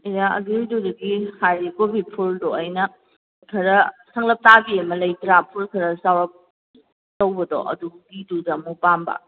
ꯑꯩꯅ ꯑꯗꯨꯏ ꯗꯨꯒꯤꯗꯤ ꯍꯥꯏꯗꯤ ꯀꯣꯕꯤ ꯐꯨꯜꯗꯣ ꯑꯩꯅ ꯈꯔ ꯁꯪꯂꯞ ꯇꯥꯕꯤ ꯑꯃ ꯂꯩꯇ꯭ꯔꯥ ꯐꯨꯜ ꯈꯔ ꯆꯥꯎꯔꯞ ꯇꯧꯕꯗꯣ ꯑꯗꯨꯒꯤꯗꯨꯗ ꯑꯃꯨꯛ ꯄꯥꯝꯕ